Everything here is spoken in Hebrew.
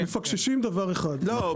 לא,